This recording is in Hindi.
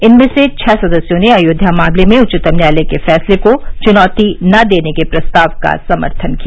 इनमें से छः सदस्यों ने अयोध्या मामले में उच्चतम न्यायालय के फैसले को चुनौती न देने के प्रस्ताव का समर्थन किया